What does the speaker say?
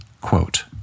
Quote